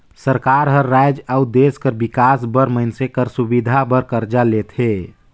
सरकार हर राएज अउ देस कर बिकास बर मइनसे कर सुबिधा बर करजा लेथे